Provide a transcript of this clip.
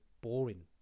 boring